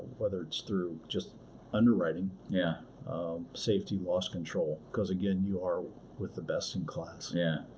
whether it's through just underwriting, yeah safety, loss control because again, you are with the best in class. yeah,